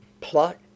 Plot